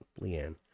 Leanne